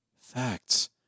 facts